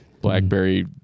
blackberry